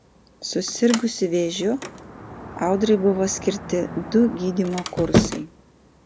susirgusi vėžiu audrai buvo skirti du gydymo kursai